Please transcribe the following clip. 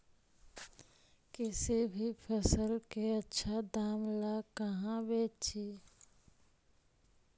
किसी भी फसल के आछा दाम ला कहा बेची?